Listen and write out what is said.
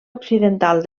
occidental